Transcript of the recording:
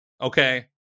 okay